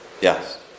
Yes